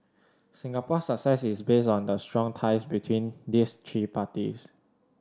Singapore's success is based on the strong ties between these three parties